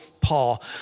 Paul